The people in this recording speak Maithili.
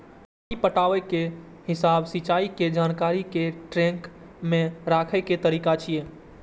पानि पटाबै के हिसाब सिंचाइ के जानकारी कें ट्रैक मे राखै के तरीका छियै